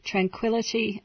Tranquility